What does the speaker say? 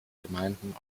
gemeinden